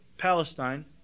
Palestine